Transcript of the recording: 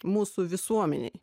mūsų visuomenei